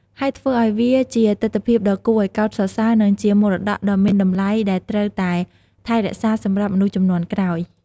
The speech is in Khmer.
ហើយធ្វើឲ្យវាជាទិដ្ឋភាពដ៏គួរឱ្យកោតសរសើរ និងជាមរតកដ៏មានតម្លៃដែលត្រូវតែថែរក្សាសម្រាប់មនុស្សជំនាន់ក្រោយ។